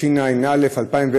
התשע"א 2010,